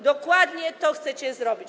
Dokładnie to chcecie zrobić.